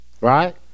right